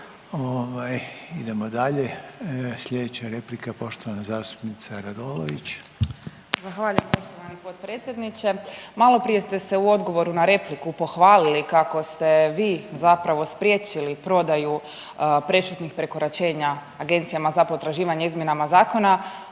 idemo dalje. Slijedeća replika poštovana zastupnica Radolović. **Radolović, Sanja (SDP)** Hvala poštovani potpredsjedniče. Maloprije ste se u odgovoru na repliku pohvalili kako ste vi zapravo spriječili prodaju prešutnih prekoračenja Agencijama za potraživanje izmjenama zakona,